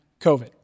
COVID